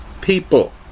people